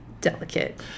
delicate